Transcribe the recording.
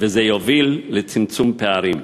ו"זה יוביל לצמצום פערים".